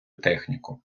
техніку